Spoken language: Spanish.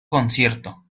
concierto